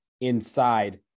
inside